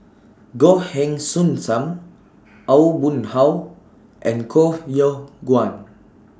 Goh Heng Soon SAM Aw Boon Haw and Koh Yong Guan